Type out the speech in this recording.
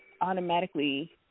automatically